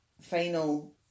final